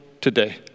today